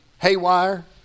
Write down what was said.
haywire